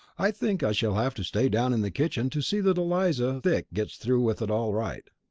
i think i shall have to stay down in the kitchen to see that eliza thick gets through with it all right.